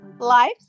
Life